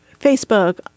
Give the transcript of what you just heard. Facebook